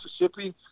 Mississippi